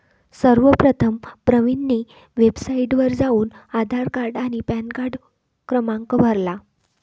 सर्वप्रथम प्रवीणने वेबसाइटवर जाऊन आधार कार्ड आणि पॅनकार्ड क्रमांक भरला